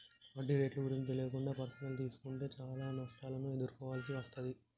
వడ్డీ రేట్లు గురించి తెలియకుండా పర్సనల్ తీసుకుంటే చానా నష్టాలను ఎదుర్కోవాల్సి వస్తది